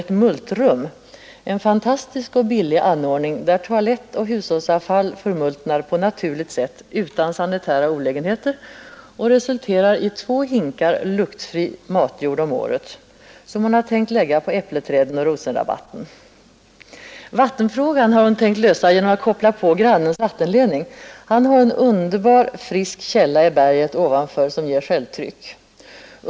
ett Multrum, en fantastisk och billig anordning, där toalettoch hushållsavfall förmultnar på naturligt sätt utan sanitära olägenheter och resulterar i två hinkar luktfri matjord om året, som hon har tänkt lägga kring äppleträden och på rosenrabatten. Vattenfrågan har hon tänkt lösa genom att koppla på grannens vattenledning. Han har en underbar, frisk källa i berget ovanför som ger självtryck.